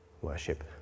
worship